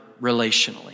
relationally